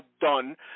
done